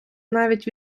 навіть